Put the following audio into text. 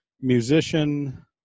musician